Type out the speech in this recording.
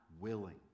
willing